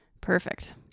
Perfect